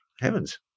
heavens